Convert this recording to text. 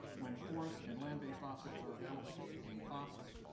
when forest and land-based offsets are available to contain costs,